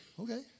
Okay